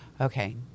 okay